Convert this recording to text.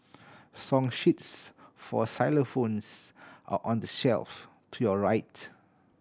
song sheets for xylophones are on the shelf to your right